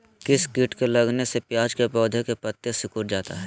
किस किट के लगने से प्याज के पौधे के पत्ते सिकुड़ जाता है?